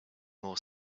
more